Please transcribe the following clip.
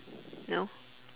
no